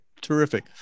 terrific